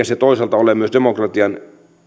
se toisaalta ole myöskään demokratian